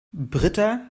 britta